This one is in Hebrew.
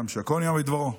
"שהכול נהיה בדברו".